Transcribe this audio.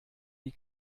die